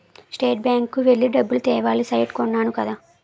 state bank కి వెళ్లి డబ్బులు తేవాలి సైట్ కొన్నాను కదా